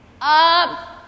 up